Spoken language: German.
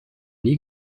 nie